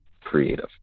creative